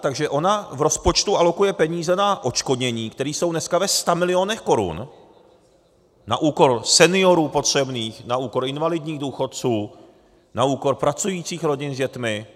Takže ona v rozpočtu alokuje peníze na odškodnění, které jsou dneska ve stamilionech korun, na úkor seniorů potřebných, na úkor invalidních důchodců, na úkor pracujících rodin s dětmi.